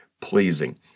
pleasing